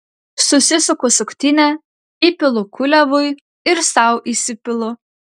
susisuku suktinę įpilu kuliavui ir sau įsipilu